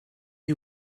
you